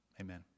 Amen